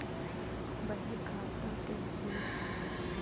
बहीखाता के शोध होला